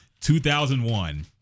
2001